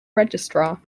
registrar